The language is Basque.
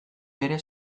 bere